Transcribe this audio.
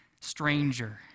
stranger